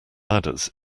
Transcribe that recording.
ladders